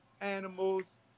animals